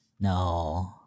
No